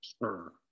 Sure